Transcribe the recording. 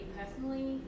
personally